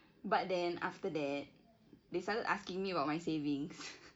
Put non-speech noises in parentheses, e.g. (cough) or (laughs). but then after that they started asking me about my savings (laughs)